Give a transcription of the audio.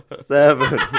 seven